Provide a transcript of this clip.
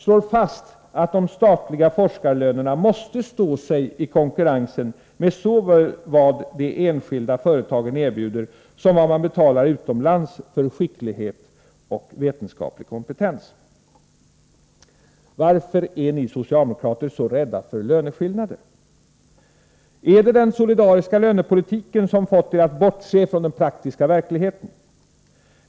slår fast att, de statliga, forskarlönerna måste stå sig i konkurrensen med såväl vad de enskilda företagen erbjuder, som vad man betalar utomlands för-skicklighet; och vetenskaplig kompetens. Varför! är ni, socialdemokrater; så. rädda för löneskillnader? Är det, den solidariskalönepolitiken.som, fått er att bortse från den praktiska verkligheten?